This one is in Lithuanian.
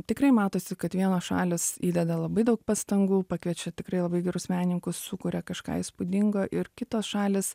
tikrai matosi kad vienos šalys įdeda labai daug pastangų pakviečia tikrai labai gerus menininkus sukuria kažką įspūdingo ir kitos šalys